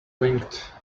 winked